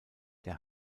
der